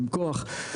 עם כוח,